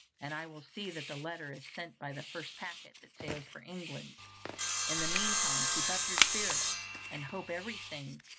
and i will see that the letter is sent by the first packet that sails for england in the mean time keep up your spirits, and hope every thing,